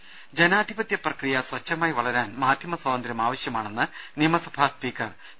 ദരദ ജനാധിപത്യപ്രക്രിയ സ്വച്ഛമായി വളരാൻ മാധ്യമ സ്വാതന്ത്ര്യം ആവശ്യമാണെന്ന് നിയമസഭാ സ്പീക്കർ പി